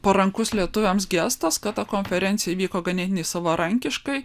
parankus lietuviams gestas kad ta konferencija įvyko ganėtinai savarankiškai